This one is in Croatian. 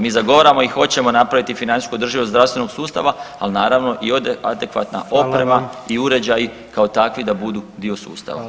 Mi zagovaramo i hoćemo napraviti financijsku održivost zdravstvenog sustava, ali naravno i ode adekvatna oprema i uređaji kao takvi da budu dio sustava.